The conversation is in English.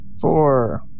Four